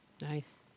Nice